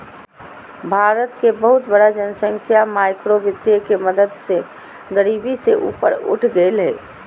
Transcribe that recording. भारत के बहुत बड़ा जनसँख्या माइक्रो वितीय के मदद से गरिबी से बहुत ऊपर उठ गेलय हें